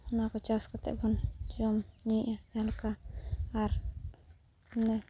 ᱚᱱᱟᱠᱚ ᱪᱟᱥ ᱠᱟᱛᱮᱵᱚᱱ ᱡᱚᱢᱼᱧᱩᱭᱮᱫᱟ ᱡᱟᱦᱟᱸᱞᱮᱠᱟ ᱟᱨ ᱵᱚᱞᱮ